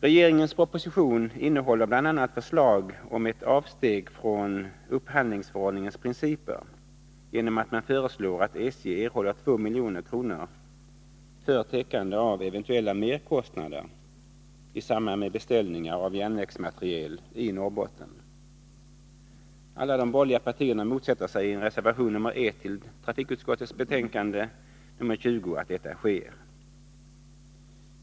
Regeringens proposition innehåller bl.a. förslag om ett avsteg från upphandlingsförordningens principer, genom att man föreslår att SJ erhåller 2 milj.kr. för täckande av eventuella merkostnader i samband med beställningar av järnvägsmateriel i Norrbotten. Alla de borgerliga partierna motsätter sig i reservation nr 1 till TU:s betänkande nr 20 att detta sker.